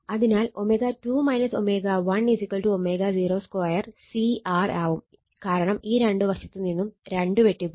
അതിനാൽ ω2 ω1 ω0 2 CR ആവും കാരണം ഈ രണ്ട് വശത്തു നിന്നും 2 വെട്ടിപോവും